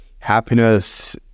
Happiness